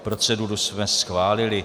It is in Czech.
Proceduru jsme schválili.